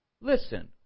listen